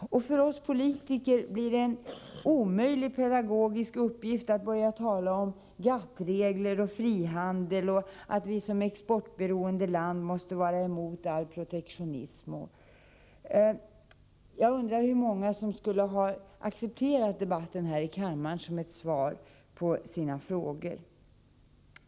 För oss politiker blir det en omöjlig pedagogisk uppgift att börja tala om GATT-regler och frihandel och om att vi som exportberoende land måste vara emot all protektionism. Jag undrar hur många som skulle ha accepterat debatten här i kammaren som svar på sina frågor.